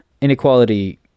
inequality